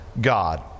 God